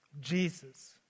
Jesus